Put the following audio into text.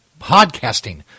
Podcasting